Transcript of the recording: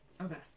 Okay